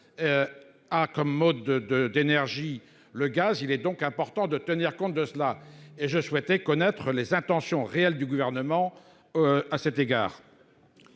Ah comme mode de de d'énergie le gaz. Il est donc important de tenir compte de cela et je souhaitais connaître les intentions réelles du gouvernement. À cet égard.